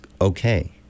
okay